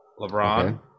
LeBron